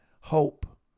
hope